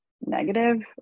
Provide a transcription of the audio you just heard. negative